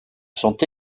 sont